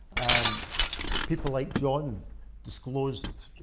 and people like john disclosed